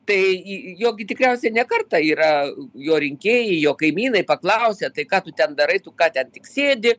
tai jo gi tikriausiai ne kartą yra jo rinkėjai jo kaimynai paklausę tai ką tu ten darai tu ką ten tik sėdi